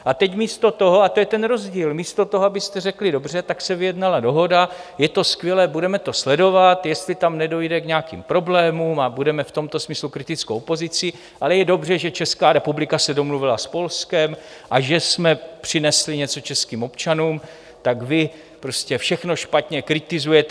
A teď místo toho, a to je ten rozdíl, abyste řekli dobře, tak se vyjednala dohoda, je to skvělé, budeme to sledovat, jestli tam nedojde k nějakým problémům, a budeme v tomto smyslu kritickou opozicí, ale je dobře, že Česká republika se domluvila s Polskem a že jsme přinesli něco českým občanům, tak vy prostě všechno špatně, kritizujete.